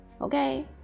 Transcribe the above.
Okay